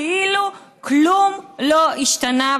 כאילו כלום לא השתנה,